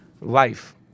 life